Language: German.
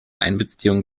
einbeziehung